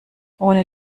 ohne